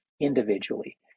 individually